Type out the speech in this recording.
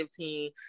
15